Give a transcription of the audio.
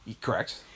Correct